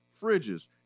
fridges